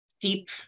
deep